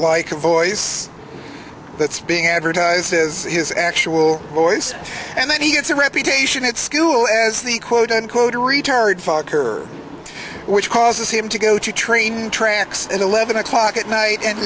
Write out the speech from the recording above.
like a voice that's being advertised as his actual voice and then he gets a reputation at school as the quote unquote a retired fuck her which causes him to go to train tracks at eleven o'clock at night and